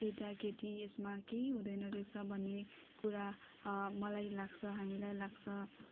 केटाकेटी यसमा केही हुँदैन रहेछ भन्ने कुरा मलाई लाग्छ हामीलाई लाग्छ